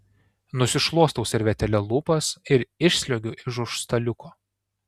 nusišluostau servetėle lūpas ir išsliuogiu iš už staliuko